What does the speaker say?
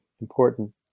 important